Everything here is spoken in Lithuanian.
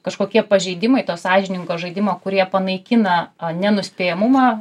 kažkokie pažeidimai to sąžiningo žaidimo kurie panaikina nenuspėjamumą